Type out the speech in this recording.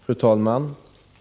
Fru talman!